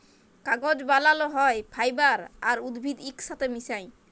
কাগজ বালাল হ্যয় ফাইবার আর উদ্ভিদ ইকসাথে মিশায়